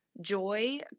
joy